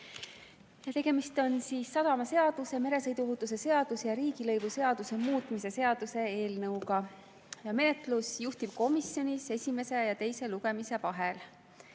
Tegemist on sadamaseaduse, meresõiduohutuse seaduse ja riigilõivuseaduse muutmise seaduse eelnõu menetlusega juhtivkomisjonis esimese ja teise lugemise vahel.